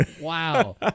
Wow